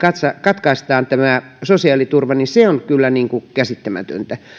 katkaistaan sosiaaliturva niin se on kyllä käsittämätöntä